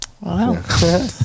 Wow